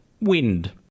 wind